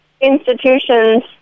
institutions